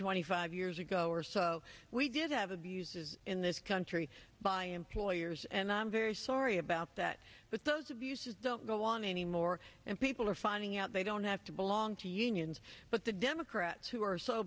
twenty five years ago or so we did have abuses in this country by employers and i'm very sorry about that but those abuses don't go on anymore and people are finding out they don't have to belong to unions but the democrats who are so